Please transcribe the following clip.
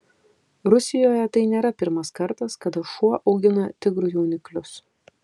rusijoje tai nėra pirmas kartas kada šuo augina tigrų jauniklius